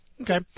Okay